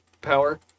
power